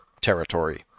territory